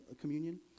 communion